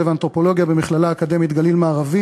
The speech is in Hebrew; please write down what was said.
ואנתרופולוגיה במכללה האקדמית גליל מערבי